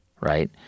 right